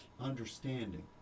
understanding